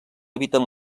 habiten